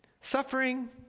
Suffering